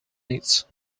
needs